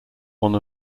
one